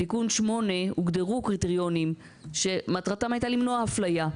בתיקון 8 הוגדרו קריטריונים שמטרתם הייתה למנוע הפליה,